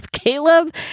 Caleb